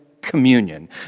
communion